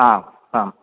आम् आम्